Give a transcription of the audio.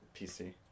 PC